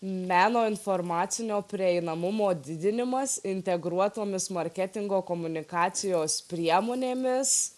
meno informacinio prieinamumo didinimas integruotomis marketingo komunikacijos priemonėmis